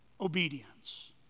obedience